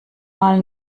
mal